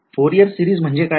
Fourier series म्हणजे काय